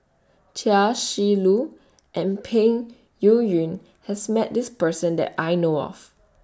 Chia Shi Lu and Peng Yuyun has Met This Person that I know of